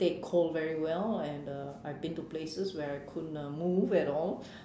take cold very well and uh I've been to places where I couldn't uh move at all